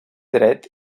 dret